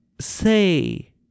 Say